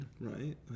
Right